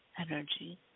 energy